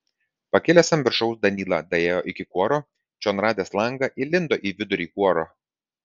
pakilęs ant viršaus danyla daėjo iki kuoro čion radęs langą įlindo į vidurį kuoro